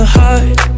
heart